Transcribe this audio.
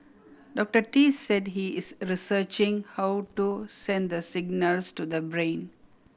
Doctor Tee said he is researching how to send the signals to the brain